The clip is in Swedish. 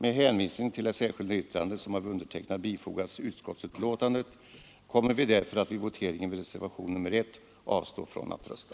Med hänvisning till det särskilda yttrande som jag fogat till utskottsbetänkandet kommer vi därför att när det gäller reservationen 1 avstå från att rösta.